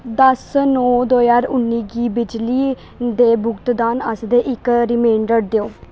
दस नौ दो ज्हार उन्नी गी बिजली दे भुगततान आस्तै इक रिमाइंडर देओ